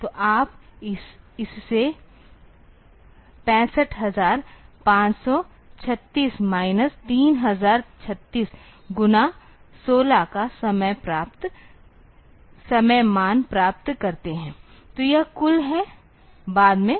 तो आप इससे 65536 माइनस 3036 गुना 16 का समय मान प्राप्त करते हैं तो यह कुल है बाद में